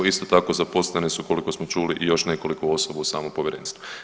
Isto tako zaposlene su koliko smo čuli još nekoliko osoba u samom Povjerenstvu.